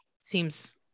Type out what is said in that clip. seems